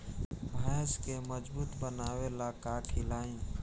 भैंस के मजबूत बनावे ला का खिलाई?